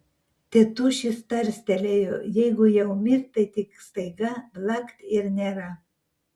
tėtušis tarstelėjo jeigu jau mirt tai tik staiga blakt ir nėra